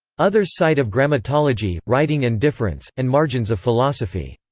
others cite of grammatology, writing and difference, and margins of philosophy.